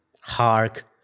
Hark